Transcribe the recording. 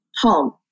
home